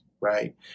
Right